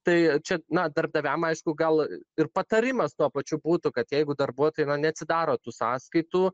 tai čia na darbdaviam aišku gal ir patarimas tuo pačiu būtų kad jeigu darbuotojai na neatsidaro tų sąskaitų